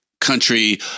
country